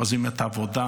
עוזבים את העבודה,